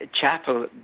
chapel